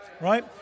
right